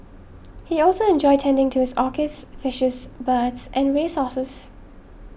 he also enjoyed tending to his orchids fishes birds and race horses